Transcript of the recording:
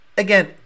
Again